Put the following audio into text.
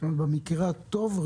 זאת אומרת שבמקרה הטוב,